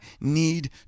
need